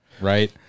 right